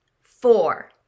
Four